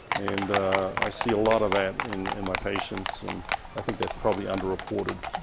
and i see a lot of that in in my patients and i think that's probably under-reported.